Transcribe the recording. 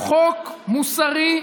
הוא חוק מוסרי,